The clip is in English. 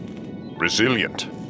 Resilient